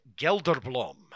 Gelderblom